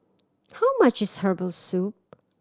how much is herbal soup